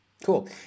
Cool